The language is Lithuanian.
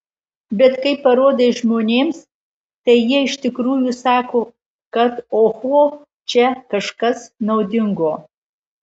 bet kai parodai žmonėms tai jie iš tikrųjų sako kad oho čia kažkas naudingo